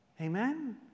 Amen